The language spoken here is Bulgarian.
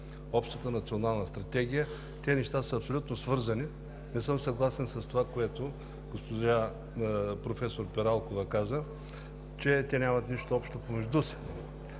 общата Национална стратегия. Тези неща са абсолютно свързани. Не съм съгласен с това, което професор Пиралкова каза, че те нямат нищо общо помежду си.